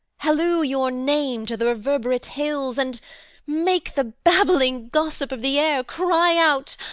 halloo your name to the reverberate hills, and make the babbling gossip of the air cry out,